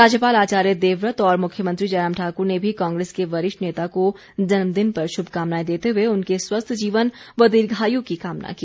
राज्यपाल आचार्य देवव्रत और मुख्यमंत्री जयराम ठाकुर ने भी कांग्रेस के वरिष्ठ नेता को जन्मदिन पर श्भकामनाएं देते हए उनके स्वस्थ जीवन व दीर्घाय की कामना की